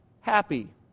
happy